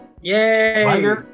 Yay